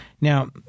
Now